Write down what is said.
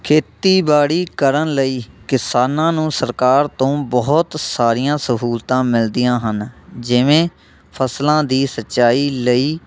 ਖੇਤੀਬਾੜੀ ਕਰਨ ਲਈ ਕਿਸਾਨਾਂ ਨੂੰ ਸਰਕਾਰ ਤੋਂ ਬਹੁਤ ਸਾਰੀਆਂ ਸਹੂਲਤਾਂ ਮਿਲਦੀਆਂ ਹਨ ਜਿਵੇਂ ਫਸਲਾਂ ਦੀ ਸਿੰਚਾਈ ਲਈ